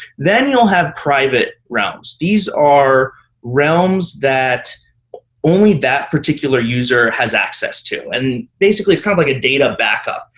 then you'll have private realms. these are realms that only that particular user has access to. and basically, it's kind of like a data backup.